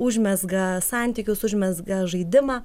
užmezga santykius užmezga žaidimą